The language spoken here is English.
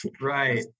Right